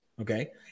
Okay